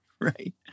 Right